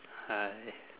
hi